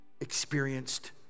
experienced